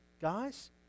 guys